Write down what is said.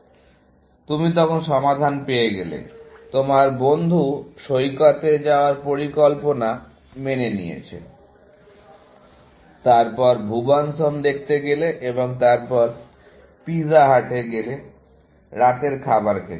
তুমি তখন সমাধান পেয়ে গেলে তোমার বন্ধু সৈকতে যাওয়ার পরিকল্পনা মেনে নিয়েছে তারপর ভুবন'স হোম দেখতে গেলে এবং তারপর পিজা হাটে গেলে রাতের খাবার খেতে